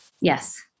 Yes